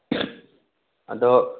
ꯑꯗꯣ